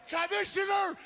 Commissioner